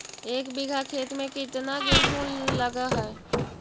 एक बिघा खेत में केतना गेहूं लग है?